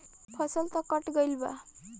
फसल तऽ कट गइल बा